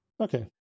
Okay